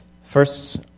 First